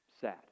sad